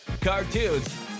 cartoons